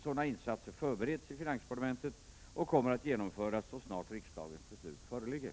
Sådana insatser förbereds i finansdepartementet och kommer att genomföras så snart riksdagens beslut föreligger.